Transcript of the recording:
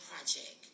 project